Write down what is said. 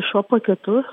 šiuo paketu